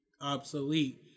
obsolete